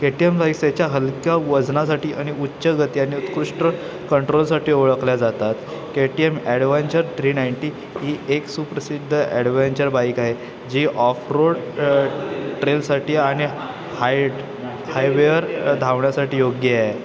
के T M bikes याच्या हलक्या वजनासाठी आणि उच्च गती आणि उत्कृष्ट कंट्रोलसाठी ओळखल्या जातात K T M adventure three ninety ही एक सुप्रसिद्ध ॲडव्हेंचर बाईक आहे जी ऑफ रोड ट्रेलसाठी आणि हायट हायवेअर धावण्यासाठी योग्य आहे